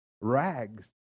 rags